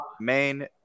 main